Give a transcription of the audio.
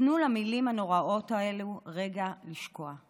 תנו למילים הנוראות האלו רגע לשקוע.